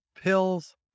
Pills